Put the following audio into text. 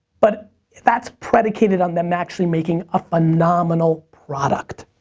but that's predicated on them actually making a phenomenal product.